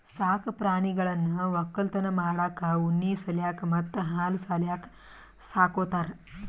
ಸಾಕ್ ಪ್ರಾಣಿಗಳನ್ನ್ ವಕ್ಕಲತನ್ ಮಾಡಕ್ಕ್ ಉಣ್ಣಿ ಸಲ್ಯಾಕ್ ಮತ್ತ್ ಹಾಲ್ ಸಲ್ಯಾಕ್ ಸಾಕೋತಾರ್